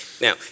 Now